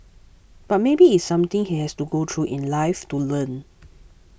but maybe it is something he has to go through in life to learn